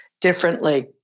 differently